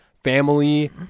Family